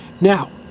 Now